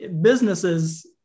businesses